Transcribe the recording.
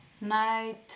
night